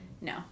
No